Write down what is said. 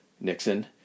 Nixon